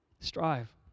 Strive